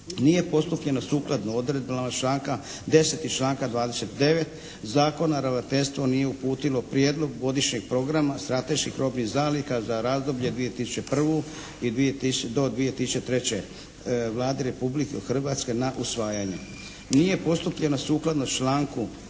Nije postupljeno sukladno odredbama članka 10. i članka 29. Zakona, ravnateljstvo nije uputilo Prijedlog godišnjeg programa strateških robnih zaliha za razdoblje 2001. do 2003. Vladi Republike Hrvatske na usvajanje. Nije postupljeno sukladno članku